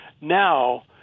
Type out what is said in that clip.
Now